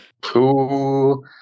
Cool